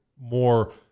more